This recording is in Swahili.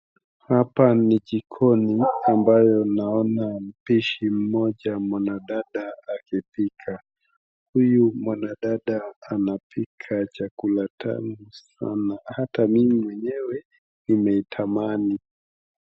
Hapa ni jikoni ambapo naona mpishi mmoja mwanadada akipika. Huyu mwanadada anapika chakula tamu sana. Hata mimi mwenyewe nimetamani.